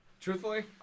Truthfully